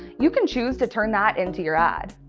you can choose to turn that into your ad.